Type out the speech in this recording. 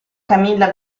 camilla